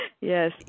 Yes